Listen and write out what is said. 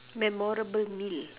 memorable meal